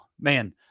man